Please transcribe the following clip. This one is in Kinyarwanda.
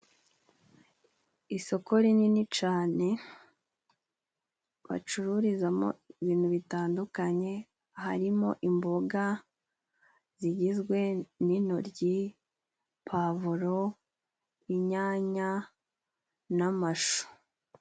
Isoko rinini cane bacururizamo ibintu bitandukanye, harimo imboga zigizwe n'intoryi, pavuro, inyanya n'amashu.